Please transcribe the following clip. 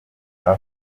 aho